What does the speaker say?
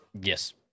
Yes